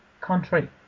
country